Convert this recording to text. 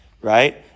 right